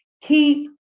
keep